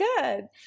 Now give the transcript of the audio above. good